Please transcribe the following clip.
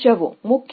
professor ముఖ్యంగా